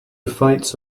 fights